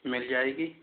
मिल जाएगी